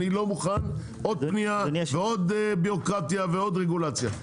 אני לא מוכן עוד פנייה ועוד בירוקרטיה ועוד רגולציה,